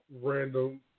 random